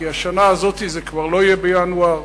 כי השנה הזאת זה כבר לא יהיה בינואר,